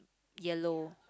yellow